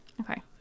Okay